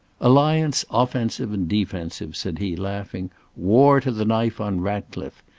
alliance offensive and defensive, said he, laughing war to the knife on ratcliffe.